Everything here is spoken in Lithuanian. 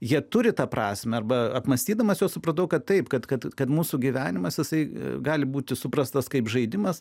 jie turi tą prasmę arba apmąstydamas juos supratau kad taip kad kad kad mūsų gyvenimas jisai gali būti suprastas kaip žaidimas